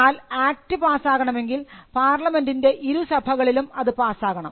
എന്നാൽ ആക്ട് ആക്ടാകണമെങ്കിൽ പാർലമെൻറിൻറെ ഇരുസഭകളിലും അത് പാസ്സാകണം